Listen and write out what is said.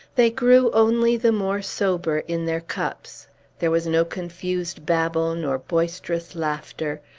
they grew only the more sober in their cups there was no confused babble nor boisterous laughter.